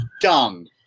done